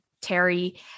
Terry